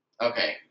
Okay